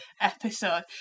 episode